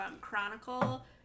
Chronicle